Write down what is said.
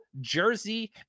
jersey